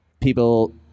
people